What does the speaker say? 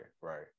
right